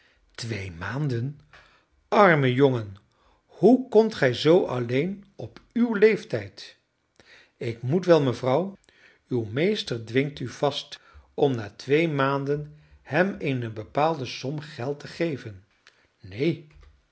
twee maanden arme jongen hoe komt gij zoo alleen op uw leeftijd ik moet wel mevrouw uw meester dwingt u vast om na twee maanden hem eene bepaalde som geld te geven neen